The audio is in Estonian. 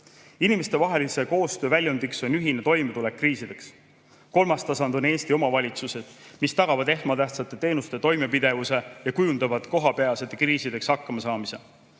Inimestevahelise koostöö väljundiks on ühine toimetulek kriisides. Kolmas tasand on Eesti omavalitsused, mis tagavad esmatähtsate teenuste toimepidevuse ja kujundavad kohapealse kriisides hakkamasaamise.